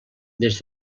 des